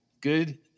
Good